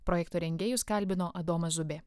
projekto rengėjus kalbino adomas zubė